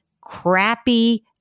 crappy